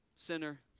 Sinner